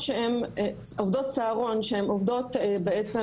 עובדות צהרון שהן עובדות בעצם,